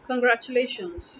Congratulations